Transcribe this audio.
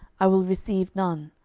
i will receive none.